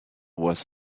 was